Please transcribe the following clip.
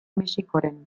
mexikoren